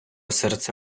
серце